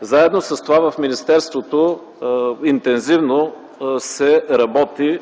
Заедно с това в министерството интензивно се работи